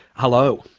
hello.